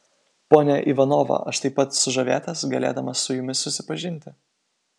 ponia ivanova aš taip pat sužavėtas galėdamas su jumis susipažinti